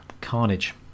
carnage